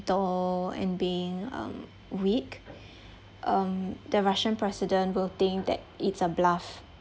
and being um weak um the russian president will think that it's a bluff